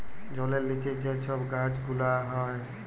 জলের লিচে যে ছব গাহাচ পালা গুলা হ্যয়